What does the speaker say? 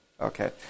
Okay